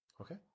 Okay